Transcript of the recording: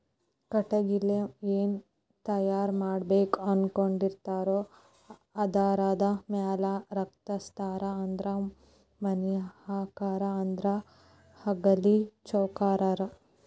ಕಟಗಿಲೆ ಏನ ತಯಾರ ಮಾಡಬೇಕ ಅನಕೊಂಡಿರತಾರೊ ಆಧಾರದ ಮ್ಯಾಲ ಕತ್ತರಸ್ತಾರ ಅಂದ್ರ ಮನಿ ಹಾಕಾಕ ಆದ್ರ ಹಲಗಿ ಚೌಕಾಕಾರಾ